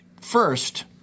first –